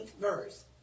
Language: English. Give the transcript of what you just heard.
verse